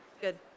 Good